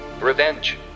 Revenge